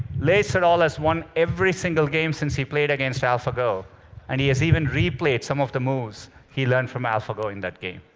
lee sedol has won every single game since he played against alphago and he has even replayed some of the moves he learned from alphago in that game.